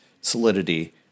solidity